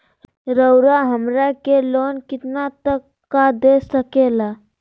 रउरा हमरा के लोन कितना तक का दे सकेला?